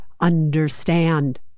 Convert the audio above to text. understand